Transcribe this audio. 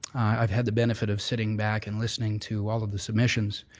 i've had the benefit of sitting back and listening to all of the submissions,